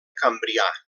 cambrià